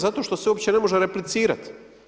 Zato što se uopće ne može replicirati.